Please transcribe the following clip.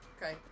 Okay